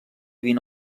vint